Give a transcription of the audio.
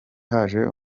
haje